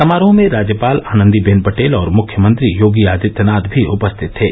समारोह में राज्यपाल आनंदी बेन पटेल और मुख्यमंत्री योगी आदित्यनाथ भी उपस्थित थे